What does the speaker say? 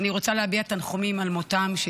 אני רוצה להביע תנחומים על מותם של